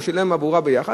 והוא שילם עבורה ביחד,